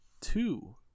two